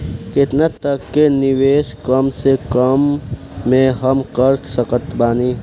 केतना तक के निवेश कम से कम मे हम कर सकत बानी?